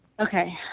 Okay